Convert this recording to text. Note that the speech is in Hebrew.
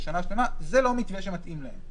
זה לא מתווה שמתאים להם,